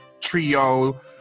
trio